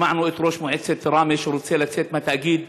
שמענו את ראש מועצת ראמה, שרוצה לצאת מהתאגיד.